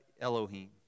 Elohim